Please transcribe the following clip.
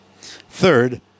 Third